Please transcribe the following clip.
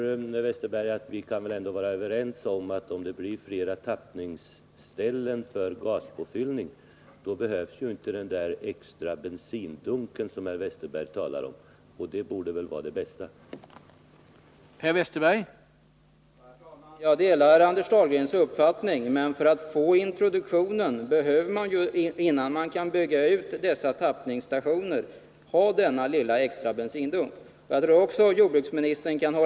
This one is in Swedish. Men, herr Westerberg, vi kan väl ändå vara överens om att om det blir flera tappningsställen för gaspåfyllning, då behövs ju inte den extra bensindunken som herr Westerberg talar om, och det borde väl vara den bästa lösningen.